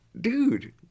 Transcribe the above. dude